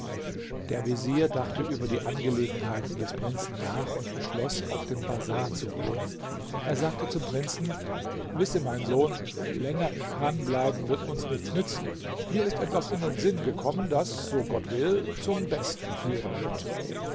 der vezier dachte über die angelegenheiten des prinzen nach und beschloß auf dem bazar zu wohnen er sagte zum prinzen wisse mein sohn länger im chan bleiben wird uns nichts nützen mir ist etwas in den sinn gekommen das so gott will zum besten führen wird